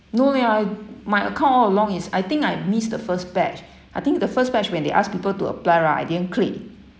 no leh my my account all along is I think I missed the first batch I think the first batch when they asked people to apply right I didn't click